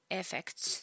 effects